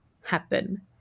happen